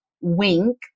Wink